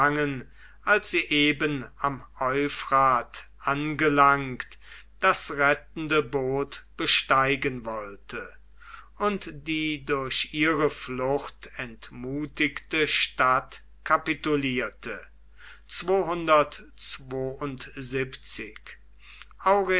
als sie eben am euphrat angelangt das rettende boot besteigen wollte und die durch ihre flucht entmutigte stadt kapitulierte